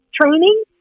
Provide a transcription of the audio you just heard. training